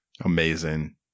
Amazing